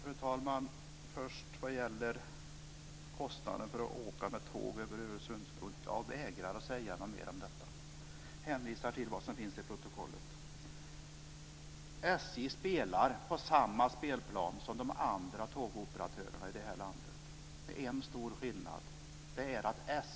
Fru talman! Först kostnaden för att åka med tåg över Öresundsbron: Jag vägrar att säga något mer om detta. Jag hänvisar till vad som finns i protokollet. SJ spelar på samma spelplan som de andra tågoperatörerna i landet, med en stor skillnad.